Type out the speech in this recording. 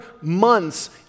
months